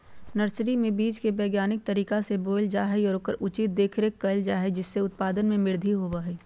nursery में बीज के वैज्ञानिक तरीका से बोयल जा हई और ओकर उचित देखरेख कइल जा हई जिससे उत्पादन में वृद्धि होबा हई